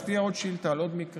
אז תהיה עוד שאילתה על עוד מקרה,